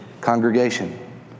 congregation